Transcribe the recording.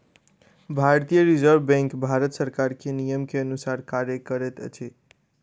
भारतीय reserve bank Bharat सरकार के नियम के अनुसार कार्य करैत अछि